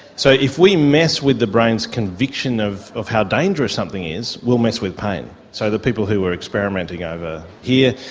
so if we mess with the brain's conviction of of how dangerous something is, we'll mess with pain. so the people who were experimenting over here,